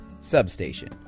Substation